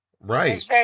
Right